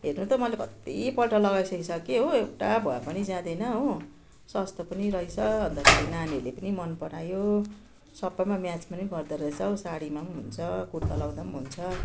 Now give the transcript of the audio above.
हेर्नु त मैले कतिपल्ट लगाइसकिसके हो एउटा भुवा पनि जाँदैन हो सस्तो पनि रहेछ अन्तखेरि नानीहरूले पनि मनपरायो सबैमा म्याच पनि गर्दा रहेछ साडीमा हुन्छ कुर्ता लगाउँदा हुन्छ